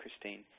Christine